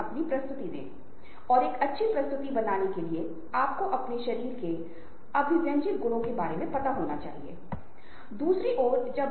पहली बात एक सामाजिक संदर्भ के भीतर नेटवर्किंग कौशल निवास करता है